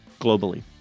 globally